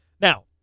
Now